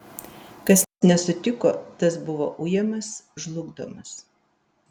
kas nesutiko tas buvo ujamas žlugdomas